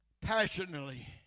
Passionately